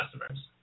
customers